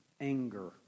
anger